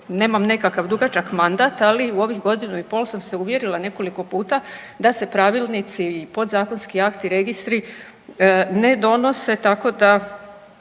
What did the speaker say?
nemam nekakav dugačak mandata, ali u ovih godinu i pol sam se uvjerila nekoliko puta da se pravilnici, podzakonski, akti i registri ne donose tako da